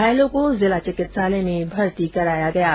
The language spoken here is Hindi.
घायलों को जिला चिकित्सालय में भर्ती कराया गया है